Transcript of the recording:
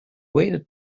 waited